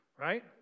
Right